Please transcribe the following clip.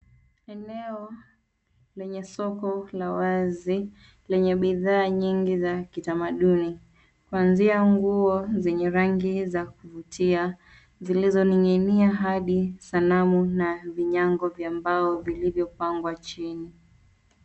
Eneo lenye soko la wazi lenye bidhaa nyingi za kitamaduni kuanzia nguo zenye rangi za kuvutia zilizoning'inia hadi sanamu na vinyago vya mbao vilivyopangwa chini.